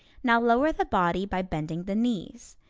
now lower the body by bending the knees.